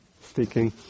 speaking